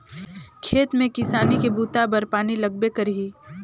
खेत में किसानी के बूता बर पानी लगबे करही